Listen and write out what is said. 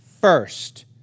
first